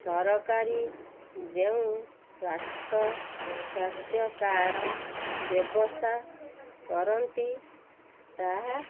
ସରକାରୀ ଯେଉଁ ସ୍ୱାସ୍ଥ୍ୟ ସ୍ୱାସ୍ଥ୍ୟ କାର୍ଡ଼ ବ୍ୟବସ୍ଥା କରନ୍ତି ତାହା